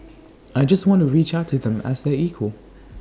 I just want to reach out to them as their equal